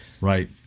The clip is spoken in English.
Right